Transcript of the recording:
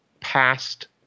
past